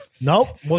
Nope